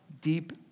deep